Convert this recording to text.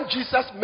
Jesus